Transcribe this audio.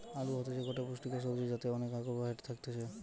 আলু হতিছে গটে পুষ্টিকর সবজি যাতে অনেক কার্বহাইড্রেট থাকতিছে